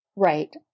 Right